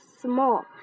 small